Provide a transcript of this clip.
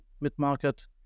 mid-market